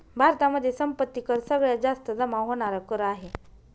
भारतामध्ये संपत्ती कर सगळ्यात जास्त जमा होणार कर आहे